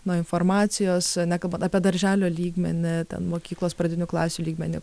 nuo informacijos nekalbant apie darželio lygmenį ten mokyklos pradinių klasių lygmenį